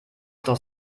doch